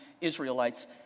Israelites